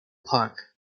park